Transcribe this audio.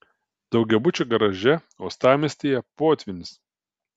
daugiabučio garaže uostamiestyje potvynis